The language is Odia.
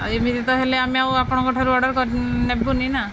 ଆଉ ଏମିତି ତ ହେଲେ ଆମେ ଆଉ ଆପଣଙ୍କଠାରୁ ଅର୍ଡ଼ର କରି ନେବୁନି ନା